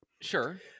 Sure